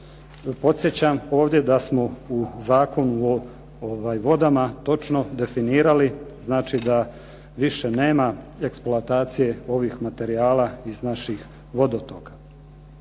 Podsjećam da smo ovdje u Zakonu o vodama točno definirali, znači da više nema eksploatacije ovih materijala iz naših vodotoka.